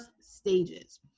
stages